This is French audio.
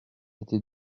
été